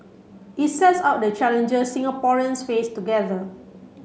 it sets out the challenges Singaporeans face together